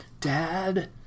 Dad